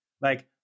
Like-